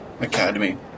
academy